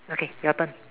okay your turn